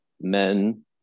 men